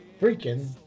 freaking